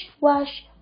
wash